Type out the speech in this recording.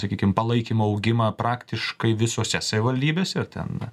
sakykim palaikymo augimą praktiškai visose savivaldybėse ten